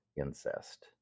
incest